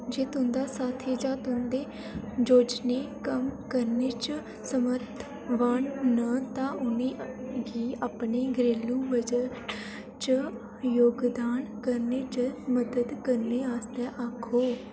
जे तुं'दा साथी जां तुं'दे योजनें कम्म करने च समर्थवान न तां उ'नें गी अपने घरेलू बजट च जोगदान करने च मदद करने आस्तै आक्खो